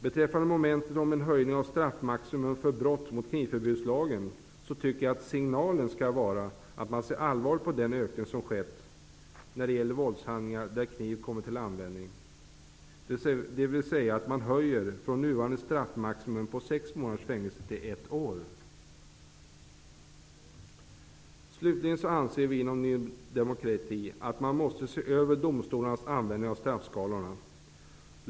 Beträffande momentet om en höjning av straffmaximum för brott mot knivförbudslagen, tycker jag att signalen skall vara att man ser allvarligt på den ökning som har skett när det gäller våldshandlingar där kniv har kommit till användning, dvs. att man höjer från nuvarande straffmaximum på sex månaders fängelse till ett år. Slutligen anser vi inom Ny demokrati att man måste se över domstolarnas användning av straffskalorna.